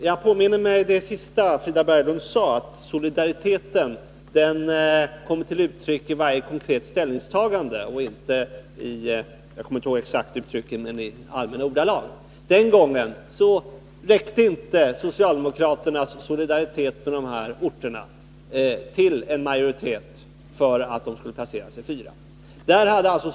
Jag påminner mig vad Frida Berglund sade sist i sitt anförande, att ställningstagande i varje konkret fråga betyder mer än allt vackert tal om behovet av att visa solidaritet. Den gången räckte tydligen inte socialdemokraternas solidaritet till för att det skulle blir majoritet för orternas inplacering i stödområde 4.